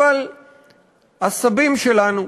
אבל הסבים שלנו,